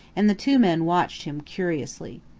and the two men watched him curiously.